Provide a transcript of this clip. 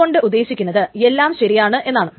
അതുകൊണ്ട് ഉദ്ദേശിക്കുന്നത് എല്ലാം ശരിയാണ് എന്നാണ്